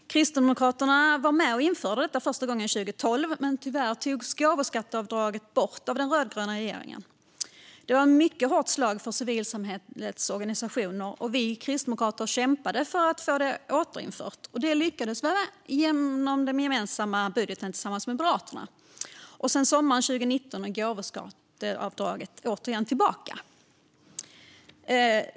Kristdemokraterna var med och införde detta första gången 2012, men tyvärr togs gåvoskatteavdraget bort av den rödgröna regeringen. Det var ett mycket hårt slag för civilsamhällets organisationer, och vi Kristdemokrater kämpade för att få det återinfört, och det lyckades vi med genom den gemensamma budgeten med Moderaterna. Sedan sommaren 2019 är gåvoskatteavdraget tillbaka.